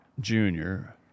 junior